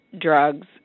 drugs